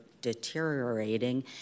deteriorating